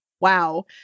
Wow